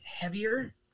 heavier